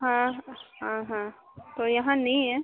हाँ हाँ हाँ तो यहाँ नहीं है